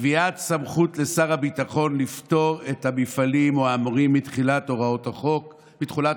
קביעת סמכות לשר הביטחון לפטור את המפעלים האמורים מתחולת הוראת החוק.